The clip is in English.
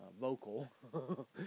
vocal